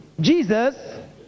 Jesus